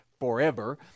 forever